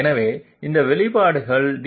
எனவே இந்த வெளிப்பாடுகளை dr